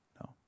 No